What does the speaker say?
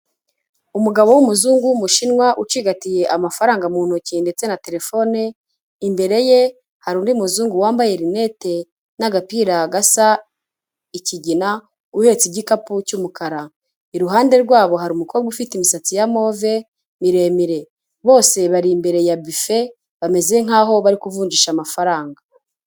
Umugabo w'umuzungu w'umushinwa ucigatiye amafaranga mu ntoki ndetse na terefone, imbere ye hari undi muzungu wambaye linette n'agapira gasa ikigina uhetse igikapu cy'umukara. Iruhande rwabo hari umukobwa ufite imisatsi ya move miremire, bose bari imbere ya bife. Bameze nkaho bari kuvunjisha amafaranga.